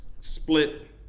split